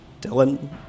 Dylan